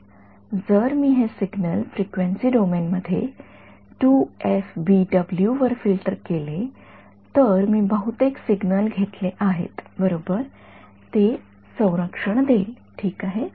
तर जर मी हे सिग्नल फ्रिक्वेन्सी डोमेन मध्ये वर फिल्टर केले तर मी बहुतेक सिग्नल घेतले आहेत बरोबर ते संरक्षण देईल ठीक आहे